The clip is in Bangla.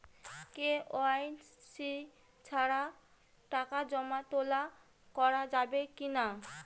কে.ওয়াই.সি ছাড়া টাকা জমা তোলা করা যাবে কি না?